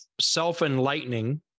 self-enlightening